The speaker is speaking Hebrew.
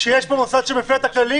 שיש פה מוסד חינוך שמפר את הכללים,